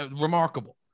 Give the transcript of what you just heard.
remarkable